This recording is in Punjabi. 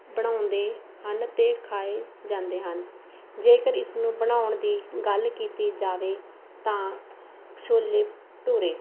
ਬਣਾਉਂਦੇ ਹਨ ਅਤੇ ਖਾਏ ਜਾਂਦੇ ਹਨ ਜੇਕਰ ਇਸਨੂੰ ਬਣਾਉਣ ਦੀ ਗੱਲ ਕੀਤੀ ਜਾਵੇ ਤਾਂ ਛੋਲੇ ਭਟੂਰੇ